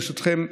ברשותכם,